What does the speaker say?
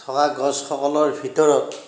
থকা গছসকলৰ ভিতৰত